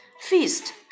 Feast